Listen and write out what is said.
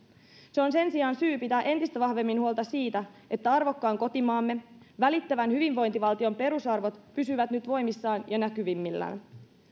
se on sen sijaan syy pitää entistä vahvemmin huolta siitä että arvokkaan kotimaamme välittävän hyvinvointivaltion perusarvot pysyvät nyt voimissaan ja näkyvimmillään